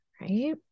right